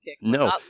No